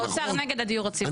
האוצר נגד הדיור הציבורי,